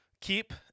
keep